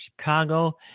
Chicago